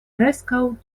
preskaŭ